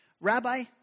Rabbi